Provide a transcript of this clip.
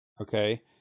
Okay